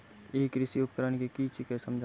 ई कृषि उपकरण कि छियै समझाऊ?